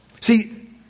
See